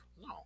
No